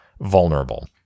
vulnerable